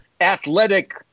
athletic